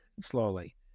slowly